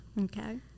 Okay